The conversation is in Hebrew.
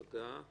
תודה.